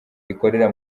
rikorera